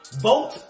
Vote